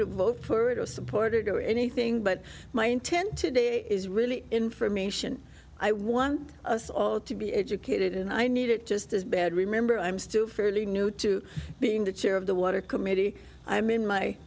to vote for it or supported or anything but my intent today is really information i want us all to be educated and i need it just as bad remember i'm still fairly new to being the chair of the water committee i mean my